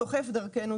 סוחף דרכנו,